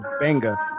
banger